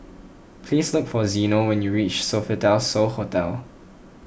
please look for Zeno when you reach Sofitel So Hotel